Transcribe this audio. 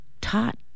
taught